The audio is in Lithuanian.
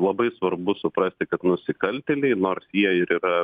labai svarbu suprasti kad nusikaltėliai nors jie ir yra